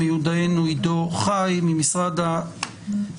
גם חייב לציין את הפן האחר שלו,